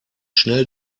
schnell